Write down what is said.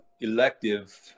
elective